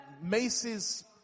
Macy's